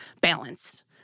balance